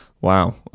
Wow